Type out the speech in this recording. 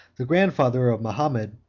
the grandfather of mahomet,